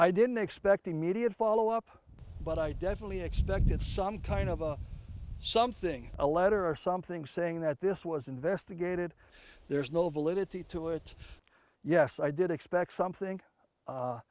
i didn't expect immediate follow up but i definitely expected some kind of a something a letter or something saying that this was investigated there's no validity to it yes i did expect something